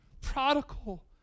prodigal